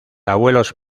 abuelos